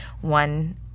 one